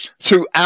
throughout